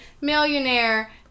millionaire